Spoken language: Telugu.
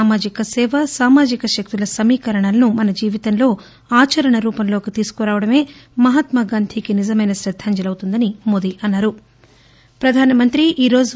సామాజిక సేవ సామాజిక శక్తుల సమీకరణలను మన జీవితంలో ఆచరణలో రూపంలోకి తీసుకరావడమే మహాత్మగాంధీకీ నిజకమైన శ్రద్దాంజలి అవుతుందని ప్రధానమంత్రి అన్నా రు